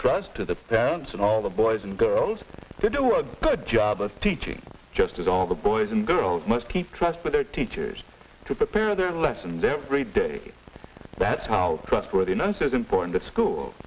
trust to the parents and all the boys and girls do a good job of teaching just as all the boys and girls must keep trust in their teachers to prepare their lessons every day that's how trustworthiness is important to school